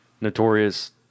notorious